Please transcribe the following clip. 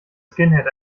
skinhead